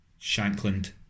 Shankland